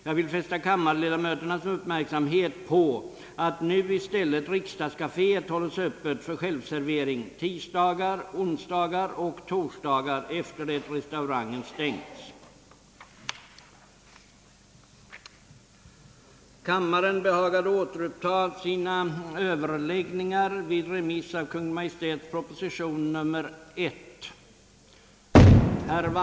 Jag vill fästa kammarledamöternas uppmärksamhet på att nu i stället riksdagskaféet hålles öppet för självservering tisdagar, onsdagar och torsdagar efter det att restaurangen stängts.